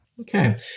Okay